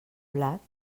blat